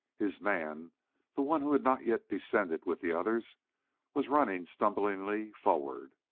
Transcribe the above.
his man the one who had not yet descended with the others was running stumblingly forward.